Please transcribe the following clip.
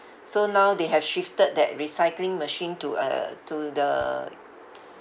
so now they have shifted that recycling machine to uh to the